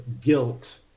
guilt